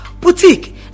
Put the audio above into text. boutique